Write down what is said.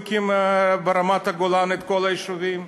שהוא הקים ברמת-הגולן את כל היישובים,